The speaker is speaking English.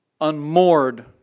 unmoored